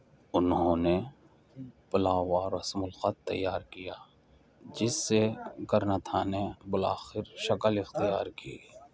انہوں نے پلاوا رسم الخط تیار کیا جس سے گرنتھا نے بالآخر شکل اختیار کی